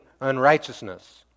unrighteousness